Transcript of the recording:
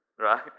right